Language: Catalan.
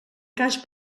cas